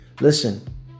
listen